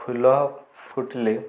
ଫୁଲ ଫୁଟିଲେ